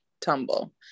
tumble